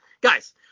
guys